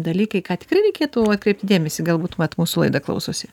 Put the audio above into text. dalykai ką tikrai reikėtų atkreipti dėmesį galbūt vat mūsų laidą klausosi